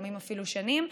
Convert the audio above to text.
לפעמים אפילו שנים.